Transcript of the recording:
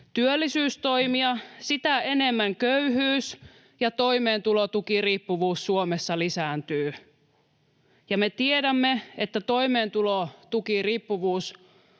työllisyystoimia, sitä enemmän köyhyys ja toimeentulotukiriippuvuus Suomessa lisääntyvät, ja me tiedämme, että toimeentulotukiriippuvuus